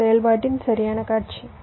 இது செயல்பாட்டின் சரியான காட்சி